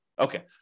Okay